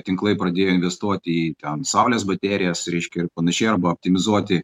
tinklai pradėjo investuoti į ten saulės baterijas reiškia ir panašiai arba optimizuoti